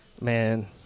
Man